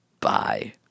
Bye